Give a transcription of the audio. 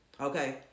okay